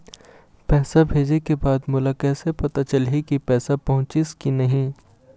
पैसा भेजे के बाद मोला कैसे पता चलही की पैसा पहुंचिस कि नहीं?